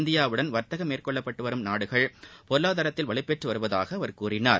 இந்தியாவுடன் வா்த்தகம் மேற்கொண்டு வரும் நாடுகளும் பொருளாதாரத்தில் வலுப்பெற்று வருவதாக அவர் கூறினார்